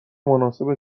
مناسب